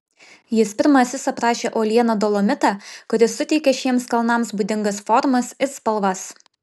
jis pirmasis aprašė uolieną dolomitą kuris suteikia šiems kalnams būdingas formas ir spalvas